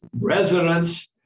residents